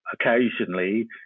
occasionally